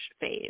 phase